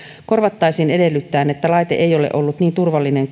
korvattaisiin edellyttäen että laite ei ole ollut niin turvallinen